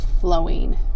flowing